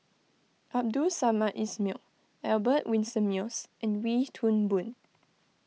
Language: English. Abdul Samad Ismail Albert Winsemius and Wee Toon Boon